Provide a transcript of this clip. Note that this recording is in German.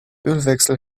ölwechsel